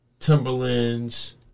Timberlands